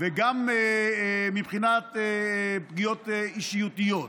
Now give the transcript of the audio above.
וגם מבחינת פגיעות נפשיות.